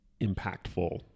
impactful